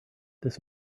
this